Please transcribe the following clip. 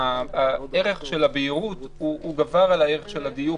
הערך של הבהירות גבר על הערך של הדיוק,